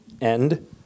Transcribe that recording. end